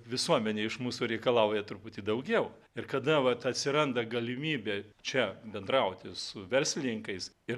visuomenė iš mūsų reikalauja truputį daugiau ir kada vat atsiranda galimybė čia bendrauti su verslininkais ir